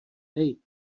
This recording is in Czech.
hej